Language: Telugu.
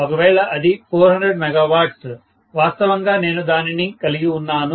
ఒకవేళ అది 400 MW వాస్తవంగా నేను దానిని కలిగి ఉన్నాను